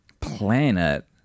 Planet